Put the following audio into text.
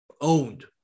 owned